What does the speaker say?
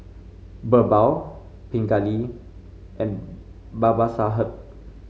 BirbaL Pingali and Babasaheb